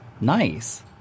Nice